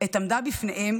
עת עמדה בפניהם